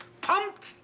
pumped